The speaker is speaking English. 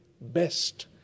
best